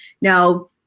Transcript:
Now